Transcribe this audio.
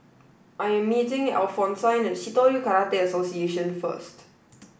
I am meeting Alphonsine at Shitoryu Karate Association first